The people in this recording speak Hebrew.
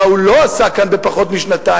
מה הוא לא עשה כאן בפחות משנתיים.